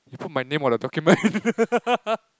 he put my name on the document